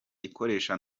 ikoresha